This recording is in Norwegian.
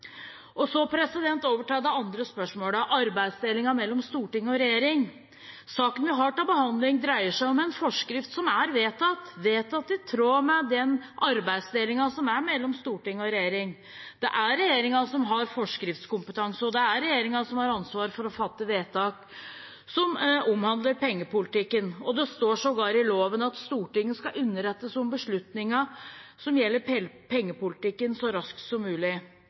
Så over til det andre spørsmålet, arbeidsdelingen mellom storting og regjering. Saken vi har til behandling, dreier seg om en forskrift som er vedtatt i tråd med den arbeidsdelingen som er mellom storting og regjering. Det er regjeringen som har forskriftskompetanse, og det er regjeringen som har ansvar for å fatte vedtak som omhandler pengepolitikken. Det står sågar i loven at Stortinget skal underrettes om beslutninger som gjelder pengepolitikken, så raskt som mulig.